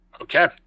Okay